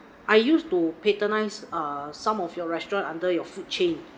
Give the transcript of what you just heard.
I used to patronize err some of your restaurant under your food chain